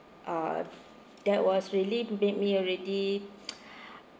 uh that was really made me already